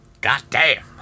Goddamn